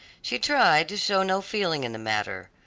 she tried to show no feeling in the matter.